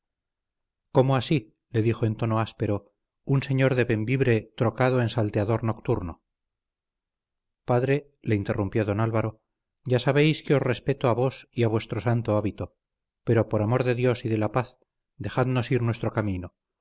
cómo así le dijo en tono áspero un señor de bembibre trocado en salteador nocturno padre le interrumpió don álvaro ya sabéis que os respeto a vos y a vuestro santo hábito pero por amor de dios y de la paz dejadnos ir nuestro camino